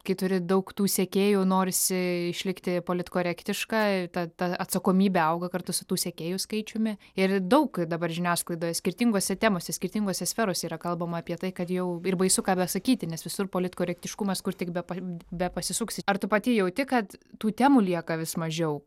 kai turi daug tų sekėjų norisi išlikti politkorektiška ir ta ta atsakomybė auga kartu su tų sekėjų skaičiumi ir daug dabar žiniasklaidoje skirtingose temose skirtingose sferose yra kalbama apie tai kad jau ir baisu ką besakyti nes visur politkorektiškumas kur tik be bepasisuksi ar tu pati jauti kad tų temų lieka vis mažiau